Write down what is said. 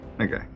Okay